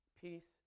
peace